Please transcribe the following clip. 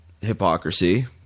hypocrisy